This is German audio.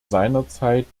seinerzeit